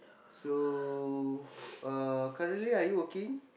so uh currently are you working